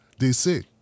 DC